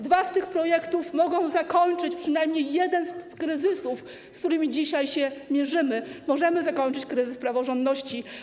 Dwa z tych projektów mogą zakończyć przynajmniej jeden z kryzysów, z którymi dzisiaj się mierzymy - możemy zakończyć kryzys praworządności.